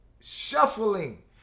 shuffling